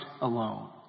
alone